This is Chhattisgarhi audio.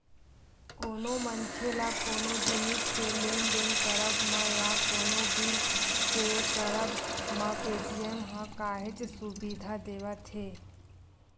कोनो मनखे ल कोनो जिनिस के लेन देन करब म या कोनो बिल पे करब म पेटीएम ह काहेच सुबिधा देवथे